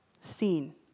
seen